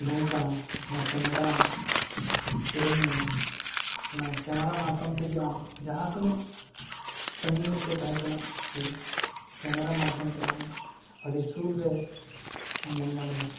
ᱩᱰᱩᱝ ᱠᱟᱱᱟ ᱚᱱᱟ ᱠᱮᱢᱮᱨᱟ ᱟᱢ ᱠᱤᱨᱤᱧ ᱢᱮ ᱚᱱᱟ ᱠᱮᱢᱮᱨᱟ ᱢᱟᱫᱽᱫᱷᱚᱢ ᱛᱮᱜᱮ ᱟᱢ ᱡᱟᱦᱟᱸ ᱛᱤᱱᱟᱹᱜ ᱥᱟᱺᱜᱤᱧ ᱨᱮᱠᱚ ᱛᱟᱦᱮᱸ ᱦᱚᱪᱚᱣᱟᱱ ᱠᱤ ᱠᱮᱢᱮᱨᱟ ᱢᱟᱫᱽᱫᱷᱚᱢ ᱛᱮ ᱟᱢ ᱟᱹᱰᱤ ᱥᱩᱨ ᱨᱮ ᱧᱮᱞ ᱧᱟᱢᱮᱭᱟ